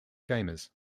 gamers